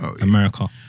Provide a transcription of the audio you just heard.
america